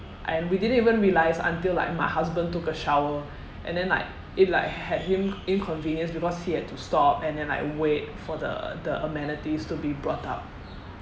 and we didn't even realise until like my husband took a shower and then like it like had him inconvenienced because he had to stop and then like wait for the the amenities to be brought up